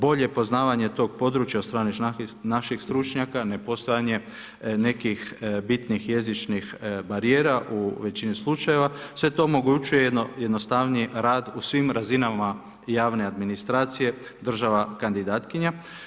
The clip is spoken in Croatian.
Bolje poznavanje toga područja od strane naših stručnjaka, nepostojanje nekih bitnih jezičnih barijera u većini slučajeva, sve to omogućuje jednostavnije rad u svim razinama javne administracije država kandidatkinja.